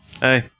Hey